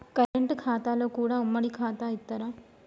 Current ఖాతాలో కూడా ఉమ్మడి ఖాతా ఇత్తరా?